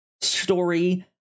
story